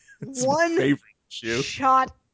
one-shot